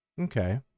Okay